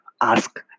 Ask